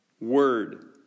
word